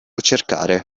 cercare